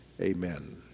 amen